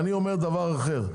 אני אומר דבר אחר,